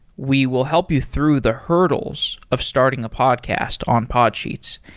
we will help you through the hurdles of starting a podcast on podsheets.